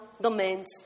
domains